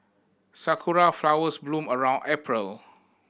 sakura flowers bloom around April